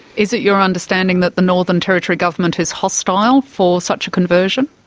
is it your understanding that the northern territory government is hostile for such a conversion?